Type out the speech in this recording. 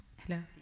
Hello